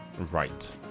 Right